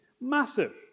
massive